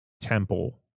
temple